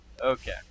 Okay